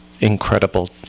incredible